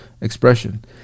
expression